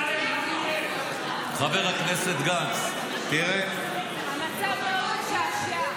חבר הכנסת גנץ, תראה --- המצב לא משעשע.